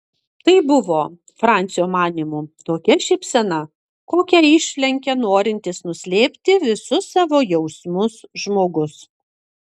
tai buvo francio manymu tokia šypsena kokią išlenkia norintis nuslėpti visus savo jausmus žmogus